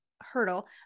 hurdle